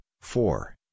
four